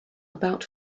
about